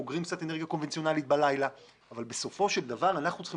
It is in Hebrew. אוגרים קצת אנרגיה קונבנציונאלית בלילה אבל בסופו של דבר אנחנו צריכים